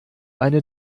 eine